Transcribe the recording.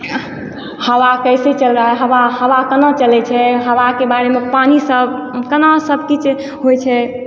हवा कैसे चल रहा है हवा हवा केना चलय छै हवाके बारेमे पानि सब केना सब किछु होइ छै